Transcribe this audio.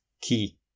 key